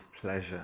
pleasure